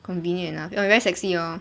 convenient enough you very sexy hor